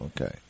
Okay